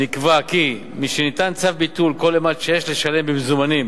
נקבע כי "משניתן צו ביטול כל אימת שיש לשלם במזומנים